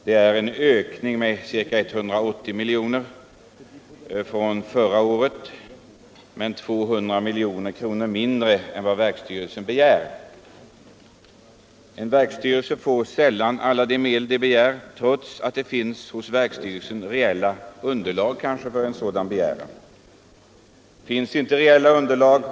Det är en ökning med ca 180 milj.kr. från förra året men 200 milj.kr. mindre än vad verksstyrelserna begär. En verksstyrelse får sällan alla de medel som den begär trots att det kanske finns ett reellt underlag för dess begäran.